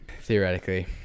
theoretically